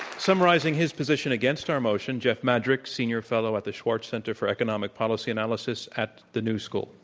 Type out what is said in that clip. summarizing his position against our motion, jeff madrick, senior fellow at the schwartz center for economic policy analysis at the new school.